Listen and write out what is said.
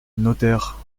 notaire